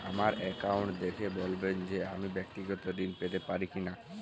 আমার অ্যাকাউন্ট দেখে বলবেন যে আমি ব্যাক্তিগত ঋণ পেতে পারি কি না?